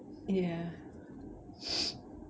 ya